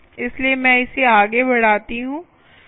इसलिए मैं इसे आगे बढ़ाती हूं